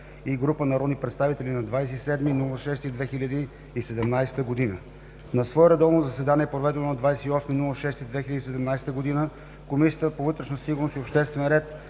и група народни представители на 27 юни 2017 г. На свое редовно заседание, проведено на 28 юни 2017 г., Комисията по вътрешна сигурност и обществен ред